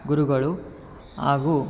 ಗುರುಗಳು ಹಾಗೂ